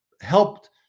helped